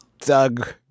Doug